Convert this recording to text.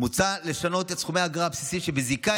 מוצע לשנות את סכום האגרה הבסיסי שבזיקה